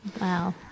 Wow